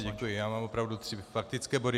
Mám opravdu tři faktické body.